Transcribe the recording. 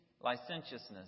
licentiousness